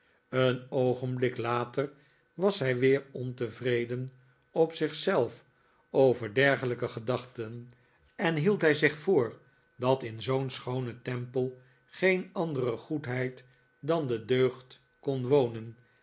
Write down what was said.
een oogenblik later was hij weer ontevreden op zich zelf over dergelijke gedachten en hield hij zich voor dat in zoo'n schoonen tempel geen andere goedheid dan de deugd kon wonen